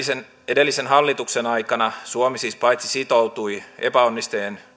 edellisen hallituksen aikana suomi siis paitsi sitoutui epäonniseen